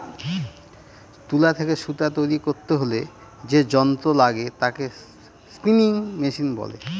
তুলা থেকে সুতা তৈরী করতে হলে যে যন্ত্র লাগে তাকে স্পিনিং মেশিন বলে